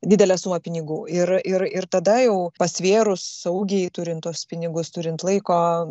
didelę sumą pinigų ir ir ir tada jau pasvėrus saugiai turint tuos pinigus turint laiko